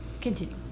Continue